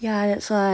真的 ya that's why